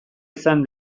izan